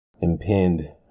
impend